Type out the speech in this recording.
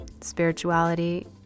spirituality